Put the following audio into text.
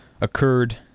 occurred